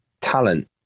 talent